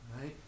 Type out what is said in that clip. Right